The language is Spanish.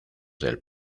del